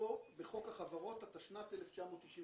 כהגדרתו בחוק החברות, התשנ"ט-1999.